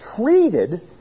treated